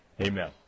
Amen